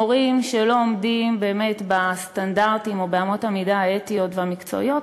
מורים שלא עומדים בסטנדרטים ובאמות המידה האתיות והמקצועיות,